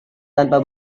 tanpa